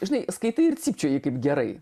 žinai skaitai ir cypčioji kaip gerai